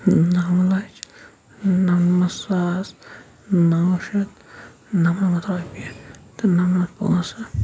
نَو لَچھ نَمنَمَتھ ساس نَو شیٚتھ نَمنَمَتھ رۄپیہِ تہٕ نَمنَمَتھ پونٛسہٕ